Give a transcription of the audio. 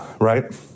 right